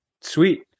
Sweet